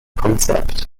concept